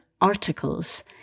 articles